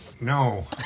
No